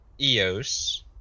Eos